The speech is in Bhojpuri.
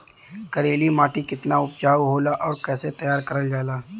करेली माटी कितना उपजाऊ होला और कैसे तैयार करल जाला?